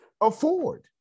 afford